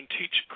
teach